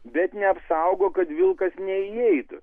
bet neapsaugo kad vilkas neįeitų